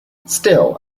still